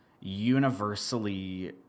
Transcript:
universally